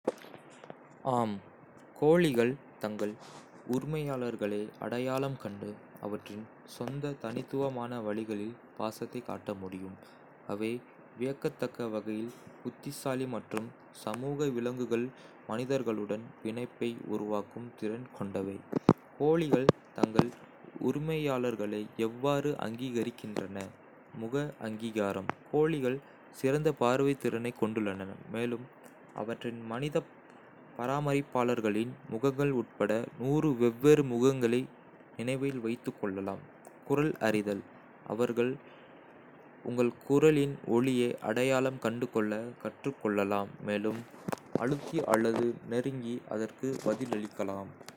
ஆம், கோழிகள் தங்கள் உரிமையாளர்களை அடையாளம் கண்டு, அவற்றின் சொந்த தனித்துவமான வழிகளில் பாசத்தைக் காட்ட முடியும். அவை வியக்கத்தக்க வகையில் புத்திசாலி மற்றும் சமூக விலங்குகள் மனிதர்களுடன் பிணைப்பை உருவாக்கும் திறன் கொண்டவை. கோழிகள் தங்கள் உரிமையாளர்களை எவ்வாறு அங்கீகரிக்கின்றன முக அங்கீகாரம்: கோழிகள் சிறந்த பார்வைத்திறனைக் கொண்டுள்ளன, மேலும் அவற்றின் மனிதப் பராமரிப்பாளர்களின் முகங்கள் உட்பட வெவ்வேறு முகங்களை நினைவில் வைத்துக் கொள்ளலாம். குரல் அறிதல்:அவர்கள் உங்கள் குரலின் ஒலியை அடையாளம் கண்டுகொள்ளக் கற்றுக் கொள்ளலாம், மேலும் அழுத்தி அல்லது நெருங்கி அதற்கு பதிலளிக்கலாம்.